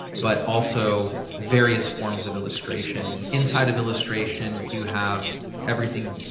but also various forms of illustration. inside of illustration you have everything,